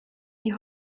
die